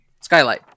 Skylight